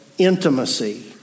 Intimacy